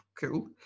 Cool